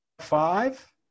five